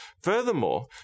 Furthermore